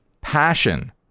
passion